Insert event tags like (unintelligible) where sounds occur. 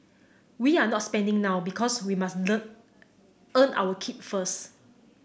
we're not spending now because we must (unintelligible) earn our keep first